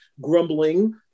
grumbling